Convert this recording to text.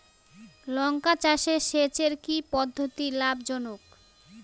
লঙ্কা চাষে সেচের কি পদ্ধতি লাভ জনক?